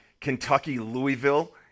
Kentucky-Louisville